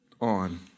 on